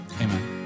Amen